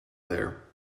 there